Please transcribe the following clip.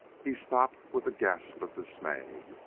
he stopped with a gasp of dismay.